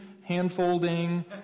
hand-folding